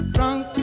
Drunk